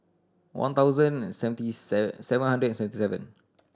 one thousand seventy seven hundred seventy seven